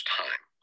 time